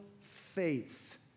faith